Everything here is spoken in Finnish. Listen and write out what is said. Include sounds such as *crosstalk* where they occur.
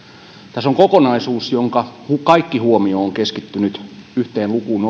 on kokonaisuus jonka kaikki huomio on keskittynyt yhteen lukuun *unintelligible*